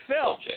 Phil